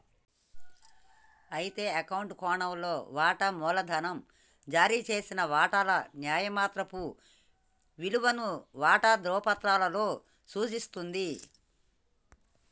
అయితే అకౌంట్ కోణంలో వాటా మూలధనం జారీ చేసిన వాటాల న్యాయమాత్రపు విలువను వాటా ధ్రువపత్రాలలో సూచిస్తుంది